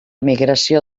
migració